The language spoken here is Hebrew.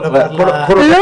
כל ---- לפי מה שנמסר לנו,